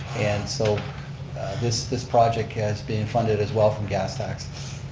and so this this project has been funded as well from gas tax.